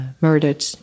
murdered